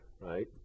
right